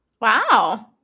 Wow